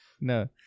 No